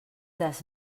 des